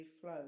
flow